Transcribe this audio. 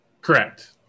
Correct